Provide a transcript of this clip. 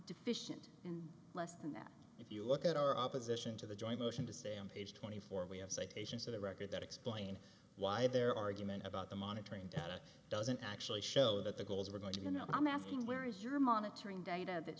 deficient in less than that if you look at our opposition to the joint motion to say on page twenty four we have citations to the record that explain why their argument about the monitoring data doesn't actually show that the goals were going i'm asking where is your monitoring data that